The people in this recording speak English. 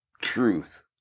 truth